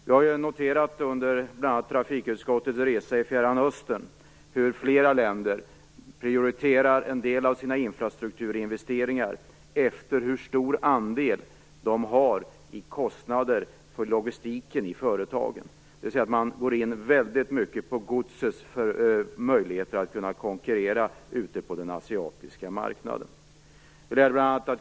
Jag har bl.a. under trafikutskottets resa i Fjärran Östern noterat att flera länder prioriterar en del av sina infrastrukturinvesteringar efter hur stor andel de har i kostnader för logistiken i företagen, dvs. man går in väldigt mycket på godsets möjligheter att konkurrera på den asiatiska marknaden.